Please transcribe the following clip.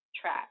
track